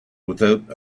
without